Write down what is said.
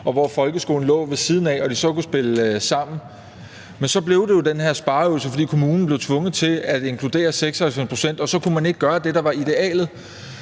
og hvor folkeskolen lå ved siden af og de så kunne spille sammen. Men så blev det jo den her spareøvelse, fordi kommunen blev tvunget til at inkludere 96 pct., og så kunne man ikke gøre det, der var idealet.